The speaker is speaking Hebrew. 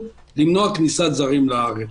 למנוע כניסת זרים לארץ.